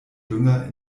dünger